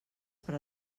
per